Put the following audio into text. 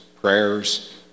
prayers